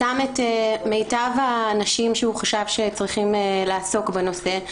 שם את מיטב האנשים שהוא חשב שצריכים לעסוק בנושא,